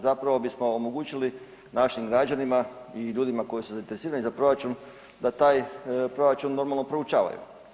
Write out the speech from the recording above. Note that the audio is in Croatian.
Zapravo bismo omogućili našim građanima i ljudima koji su zainteresirani za proračun da taj proračun normalno proučavaju.